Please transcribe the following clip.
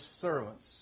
servants